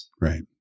Right